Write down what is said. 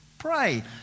pray